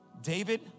David